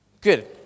Good